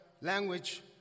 language